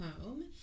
home